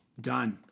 Done